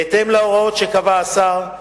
בהתאם להוראות שקבע השר,